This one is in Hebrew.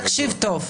תקשיב טוב,